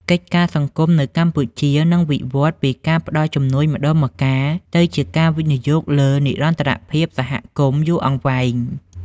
កិច្ចការសង្គមនៅកម្ពុជានឹងវិវឌ្ឍពីការផ្តល់ជំនួយម្តងម្កាល ទៅជាការវិនិយោគលើ និរន្តរភាពសហគមន៍ យូរអង្វែង។